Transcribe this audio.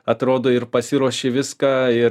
atrodo ir pasiruoši viską ir